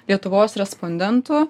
lietuvos respondentų